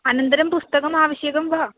अनन्तरं पुस्तकम् आवश्यकं वा